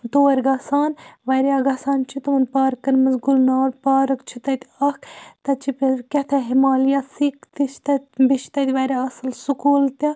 تور گَژھان واریاہ گَژھان چھِ تِمن پارکَن مَنٛز گُلہٕ نار پارَک چھِ تَتہِ اَکھ تَتہِ چھِ بیٚیہِ کیٚتھانۍ ہمالیہ پیٖک تہِ چھِ تَتہِ بیٚیہِ چھِ تَتہِ واریاہ اصٕل سکوٗل تہِ